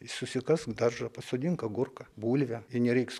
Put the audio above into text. susikask daržą pasodink agurką bulvę ir nereiks